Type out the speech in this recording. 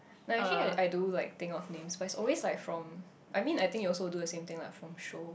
no actually like I I do like think of names but it's always like from I mean I think you will also do the same thing lah like from show